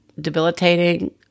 debilitating